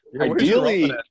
ideally